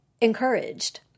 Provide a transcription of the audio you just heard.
encouraged